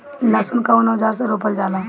लहसुन कउन औजार से रोपल जाला?